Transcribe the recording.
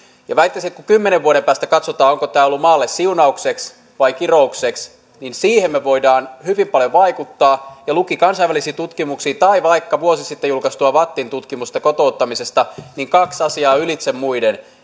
ja väittäisin että kun kymmenen vuoden päästä katsotaan onko tämä ollut maalle siunaukseksi vai kiroukseksi niin siihen me voimme hyvin paljon vaikuttaa kun lukee kansainvälisiä tutkimuksia tai vaikka vuosi sitten julkaistua vattin tutkimusta kotouttamisesta niin on kaksi asiaa ylitse muiden